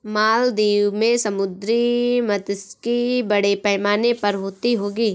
मालदीव में समुद्री मात्स्यिकी बड़े पैमाने पर होती होगी